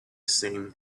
same